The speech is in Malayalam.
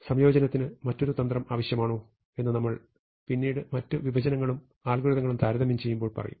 സംയോജനത്തിന് മറ്റൊരു തന്ത്രം ആവശ്യമാണോ എന്ന് നമ്മൾ പിന്നീട് മറ്റ് വിഭജനവും അൽഗോരിതങ്ങളും താരതമ്യം ചെയ്യുമ്പോൾ പറയും